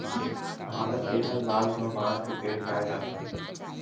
भारत के हर राज म बांस के पेड़ पाए जाथे